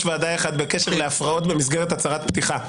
ועדה אחד בקשר להפרעות במסגרת הצהרת פתיחה.